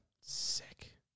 Sick